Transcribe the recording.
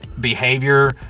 behavior